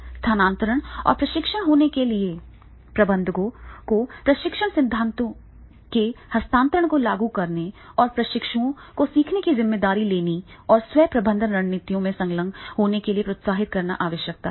स्थानांतरण या प्रशिक्षण होने के लिए प्रबंधकों को प्रशिक्षण सिद्धांतों के हस्तांतरण को लागू करने और प्रशिक्षुओं को सीखने की जिम्मेदारी लेने और स्वयं प्रबंधन रणनीतियों में संलग्न होने के लिए प्रोत्साहित करने की आवश्यकता है